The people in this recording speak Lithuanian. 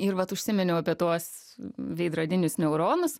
ir vat užsiminiau apie tuos veidrodinius neuronus